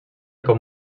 com